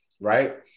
right